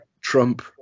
trump